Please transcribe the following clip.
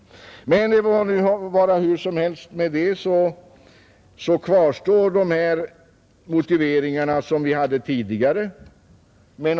Hur som helst så kvarstår de tidigare motiveringarna, och nya har tillkommit.